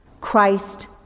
Christ